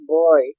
boy